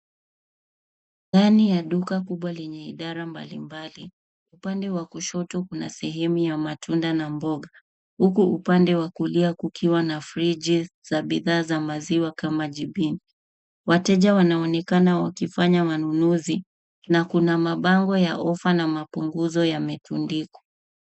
Ndani ya duka kubwa lenye idara mbalimbali. Upande wa kushoto, kuna sehemu ya matunda na mboga, huku upande wa kulia kukiwa na friji za bidhaa za maziwa kama jibini. Wateja wanaonekana wakifanya manunuzi na kuna mabango ya ofa na mapunguzo yametundikwa.